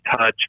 touch